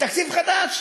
תקציב חדש.